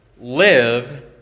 live